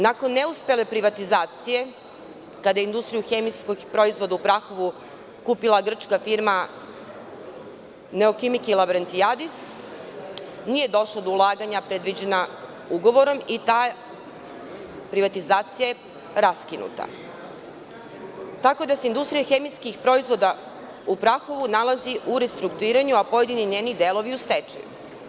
Nakon neuspele privatizacije, kada je „Industriju hemijskih proizvoda“ u Prahovu kupila grčka firma „Neokimiki lavrentijadis“ nije došlo do ulaganja predviđenih ugovorom i ta privatizacija je raskinuta, tako da se „Industrija hemijskih proizvoda“ u Prahovu nalazi u restrukturiranju, a pojedini njeni delovi u stečaju.